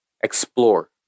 explore